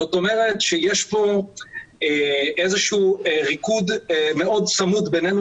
זאת אומרת שיש פה איזה שהוא ריקוד מאוד צמוד בינינו